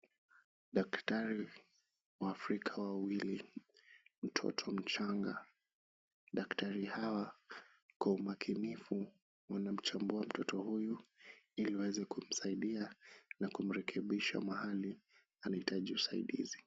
Daktari waafrika wawili, mtoto mchanga. Daktari hawa kwa umakinifu wanamchambua mtoto huyu ili waweze kumsaidia na kumrekebisha mahali anahitaji usaidizi.